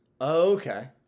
okay